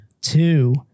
two